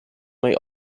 may